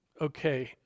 okay